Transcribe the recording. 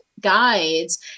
guides